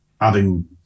adding